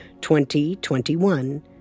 2021